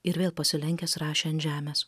ir vėl pasilenkęs rašė ant žemės